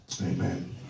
Amen